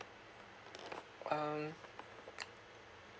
um